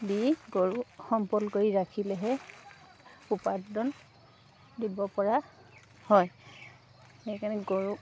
দি গৰু সম্পদ কৰি ৰাখিলেহে উপাৰ্জন দিব পৰা হয় সেইকাৰণে গৰুক